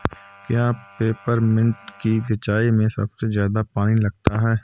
क्या पेपरमिंट की सिंचाई में सबसे ज्यादा पानी लगता है?